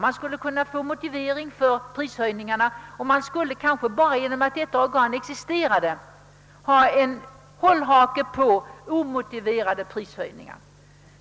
Man skulle få motivering för prishöjningarna och kanske organet genom sin blotta existens skulle bli en hållhake på omotiverade prisstegringar.